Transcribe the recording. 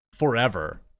forever